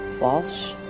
Walsh